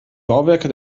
bauwerke